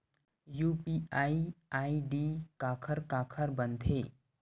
UPI ID काखर काखर बनथे?